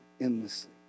endlessly